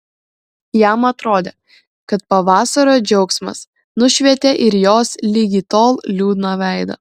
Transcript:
jam atrodė kad pavasario džiaugsmas nušvietė ir jos ligi tol liūdną veidą